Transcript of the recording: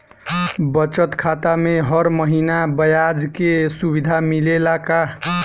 बचत खाता में हर महिना ब्याज के सुविधा मिलेला का?